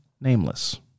nameless